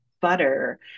butter